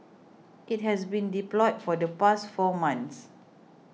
it has been deployed for the past four months